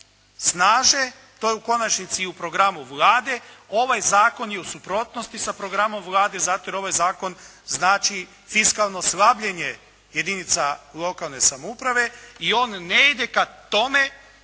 snaže, to je u konačnici i u programu Vlade, ovaj zakon je u suprotnosti sa programom Vlade zato jer ovaj zakon znači fiskalno slabljenje jedinica lokalne samouprave i on ne ide ka tome